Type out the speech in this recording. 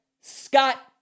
Scott